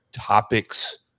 topics